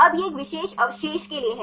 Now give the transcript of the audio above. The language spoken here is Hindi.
अब यह एक विशेष अवशेष के लिए है